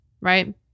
right